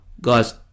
guys